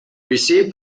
received